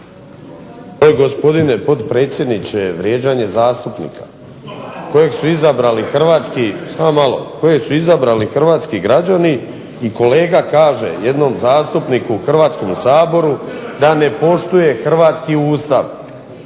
Gospodine potpredsjedniče vrijeđanje zastupnika kojeg su izabrali hrvatski građani i kolega kaže jednom zastupniku u Hrvatskom saboru da ne poštuje hrvatski Ustav.